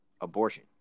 abortion